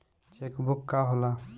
Check book का होला?